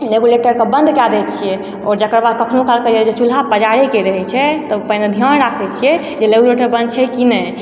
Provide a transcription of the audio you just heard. रेगुलेटरके बन्द कए दै छियै आओर जकर बाद कखनो काल कऽ जे चूल्हा पजारैके जे रहै छै तऽ पहिने ध्यान राखै छियै जे लेगुलेटर बन्द छै कि नहि